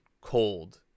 Cold